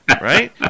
right